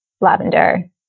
lavender